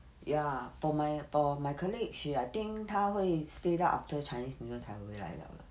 ya for my for my colleague she I think 她会 stay 到 after chinese new year 才回来 liao 了